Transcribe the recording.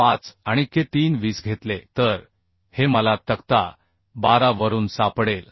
35 आणि K 3 20 घेतले तर हे मला तक्ता 12 वरून सापडेल